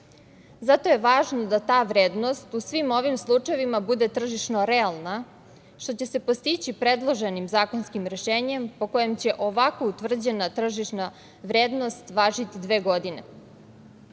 Zato je važno da ta vrednost u svim ovim slučajevima bude tržišno realna, što će se postići predloženim zakonskim rešenjem po kojem će ovako utvrđena tržišna vrednost važiti dve godine.